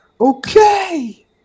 Okay